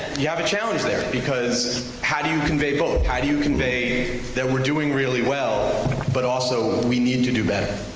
you have a challenge there because how do you convey both, how do you convey that we're doing really well but also we need to do better?